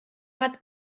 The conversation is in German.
hat